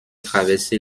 traversé